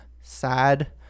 sad